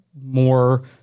more